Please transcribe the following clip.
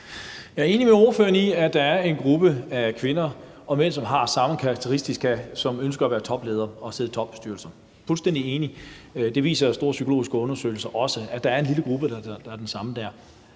Jeg er enig med ordføreren i, at der er en gruppe kvinder og mænd, som har samme karakteristika, og som ønsker at være topledere og sidde i topstyrelser – det er jeg fuldstændig enig i. Det viser store psykologiske undersøgelser jo også, altså at der er en lille gruppe, hvor det er det samme.